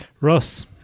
Russ